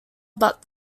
but